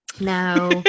Now